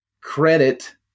credit